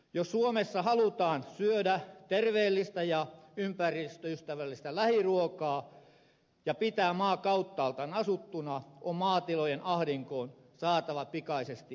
jos suomessa halutaan syödä terveellistä ja ympäristöystävällistä lähiruokaa ja pitää maa kauttaaltaan asuttuna on maatilojen ahdinkoon saatava pikaisesti apua